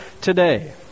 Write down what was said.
today